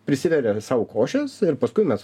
prisiveria sau košės ir paskui mes